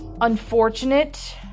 unfortunate